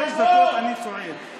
קרעי הוא מש"ס של אלי ישי.